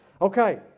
Okay